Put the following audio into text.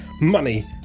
money